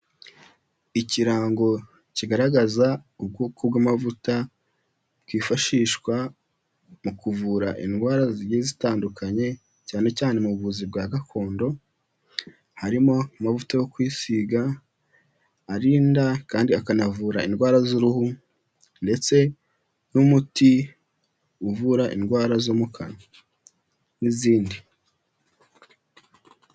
Ikirango kigaragaza ubwoko bw'amavuta bwifashishwa mu kuvura indwara zigiye zitandukanye, cyane cyane mu buvuzi bwa gakondo, harimo amavuta yo kwisiga arinda kandi akanavura indwara z'uruhu ndetse n'umuti uvura indwara zo mu kanwa n'izindi.